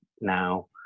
now